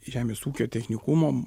žemės ūkio technikumo